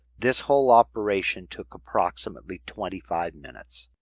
this whole operation took approximately twenty five minutes.